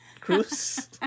Cruz